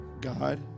God